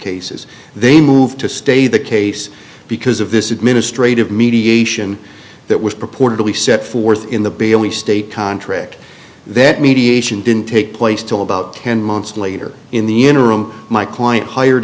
cases they moved to stay the case because of this administrative mediation that was purported to be set forth in the bailey state contract that mediation didn't take place till about ten months later in the interim my client hired